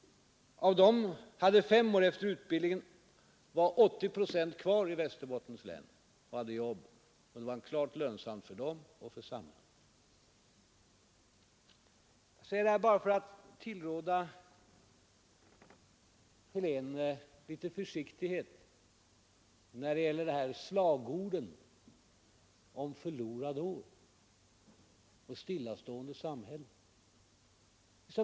Fem år efter utbildningen var 80 procent kvar i Västerbottens län och hade arbete, så att det var klart lönsamt för dem och för samhället. Jag har velat säga detta bara för att tillråda herr Helén litet försiktighet när han här kommer med slagord om förlorade år och ett stillastående samhälle.